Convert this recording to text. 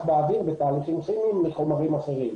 באוויר בתהליכים כימיים מחומרים אחרים.